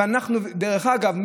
דרך אגב,